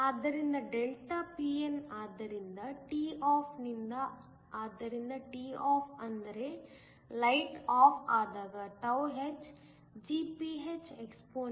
ಆದ್ದರಿಂದ ΔPn ಆದ್ದರಿಂದ toff ನಿಂದ ಆದ್ದರಿಂದ toff ಅಂದರೆ ಲೈಟ್ ಆಫ್ ಆದಾಗ hGphexp⁡